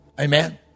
Amen